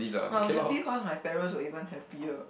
no I happy cause my parents were even happier